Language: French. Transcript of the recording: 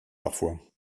parfois